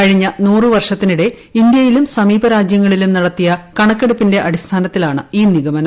കഴിഞ്ഞ വർഷത്തിനിടെ ഇന്ത്യയിലും സമീപ രാജ്യങ്ങളിലും നടത്തിയ കണക്കെടുപ്പിന്റെ അടിസ്ഥാനത്തിലാണ് ഈ നിഗമനം